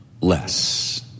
less